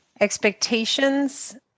expectations